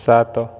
ସାତ